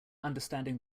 understanding